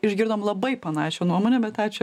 išgirdom labai panašią nuomonę bet ačiū